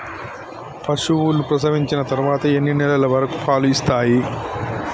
పశువులు ప్రసవించిన తర్వాత ఎన్ని నెలల వరకు పాలు ఇస్తాయి?